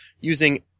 using